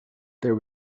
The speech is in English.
there